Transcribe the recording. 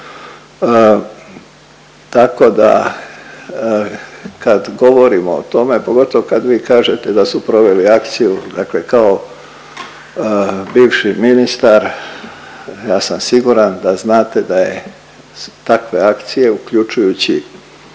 Tako da kad govorimo o tome, pogotovo kad vi kažete da su proveli akciju dakle kao bivši ministar ja sam siguran da znate da su takve akcije uključujući